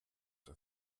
der